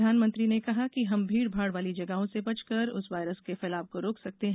प्रधानमंत्री ने कहा कि हम भीड भाड वाली जगहों से बचकर इस वायरस के फैलाव को रोक सकते हैं